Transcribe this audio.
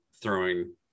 throwing